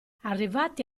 arrivati